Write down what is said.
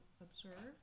observe